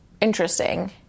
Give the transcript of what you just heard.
Interesting